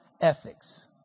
ethics